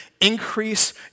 increase